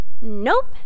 Nope